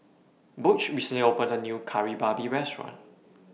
Butch recently opened A New Kari Babi Restaurant